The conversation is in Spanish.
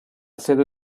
sede